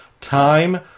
time